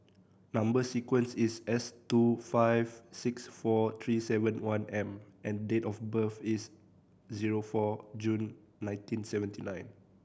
number sequence is S two five six four three seven one M and date of birth is zero four June nineteen seventy nine